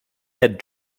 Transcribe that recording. head